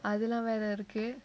I know whether it okay